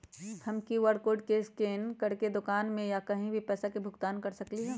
हम QR code scan करके दुकान में या कहीं भी पैसा के भुगतान कर सकली ह?